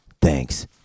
Thanks